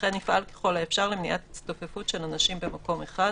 וכן יפעל ככל האפשר למניעת הצטופפות של השוהים במקום באזור מסוים,